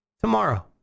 tomorrow